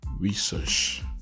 Research